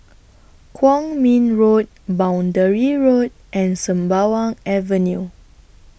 Kwong Min Road Boundary Road and Sembawang Avenue